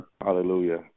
hallelujah